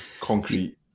concrete